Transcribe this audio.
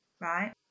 right